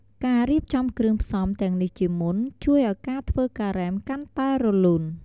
ការរៀបចំគ្រឿងផ្សំទាំងនេះជាមុន ជួយឱ្យការធ្វើការ៉េមកាន់តែរលូន។